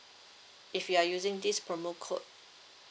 if you are using this promo code